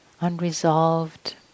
unresolved